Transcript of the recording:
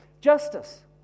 Justice